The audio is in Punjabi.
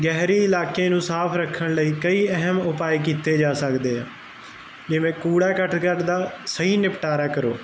ਗਹਿਰੀ ਇਲਾਕੇ ਨੂੰ ਸਾਫ ਰੱਖਣ ਲਈ ਕਈ ਅਹਿਮ ਉਪਾਏ ਕੀਤੇ ਜਾ ਸਕਦੇ ਆ ਜਿਵੇਂ ਕੂੜਾ ਕੱਟ ਕੱਟਦਾ ਸਹੀ ਨਿਪਟਾਰਾ ਕਰੋ